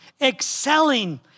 excelling